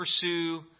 pursue